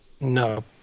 No